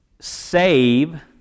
Save